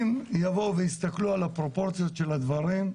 אם יבואו ויסתכלו על הפרופורציות של הדברים,